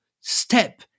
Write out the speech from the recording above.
step